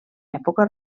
època